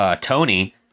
Tony